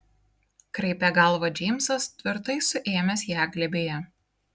kraipė galvą džeimsas tvirtai suėmęs ją glėbyje